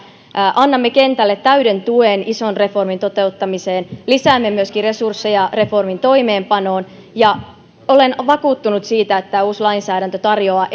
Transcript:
annamme kentälle täyden tuen ison reformin toteuttamiseen lisäämme myöskin resursseja reformin toimeenpanoon ja olen vakuuttunut siitä että tämä uusi lainsäädäntö tarjoaa